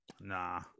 Nah